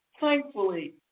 Thankfully